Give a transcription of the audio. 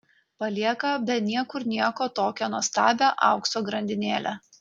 palieka be niekur nieko tokią nuostabią aukso grandinėlę